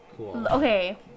okay